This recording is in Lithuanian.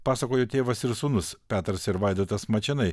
pasakojo tėvas ir sūnus petras ir vaidotas mačėnai